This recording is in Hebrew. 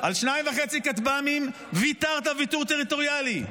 על 2.5 כטב"מים ויתרת ויתור טריטוריאלי,